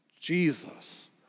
Jesus